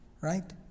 Right